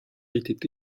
était